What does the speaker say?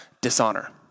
dishonor